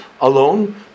alone